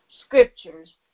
scriptures